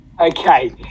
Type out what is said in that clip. Okay